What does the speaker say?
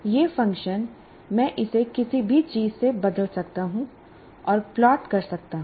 यह फ़ंक्शन मैं इसे किसी भी चीज़ से बदल सकता हूँ और प्लॉट कर सकता हूँ